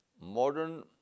modern